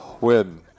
Win